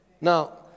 Now